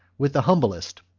with the humblest,